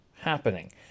happening